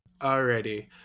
Alrighty